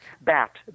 BAT